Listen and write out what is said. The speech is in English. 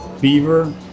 Beaver